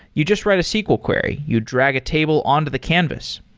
you just write a sql query. you drag a table on to the canvas.